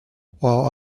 while